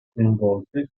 coinvolte